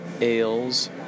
ales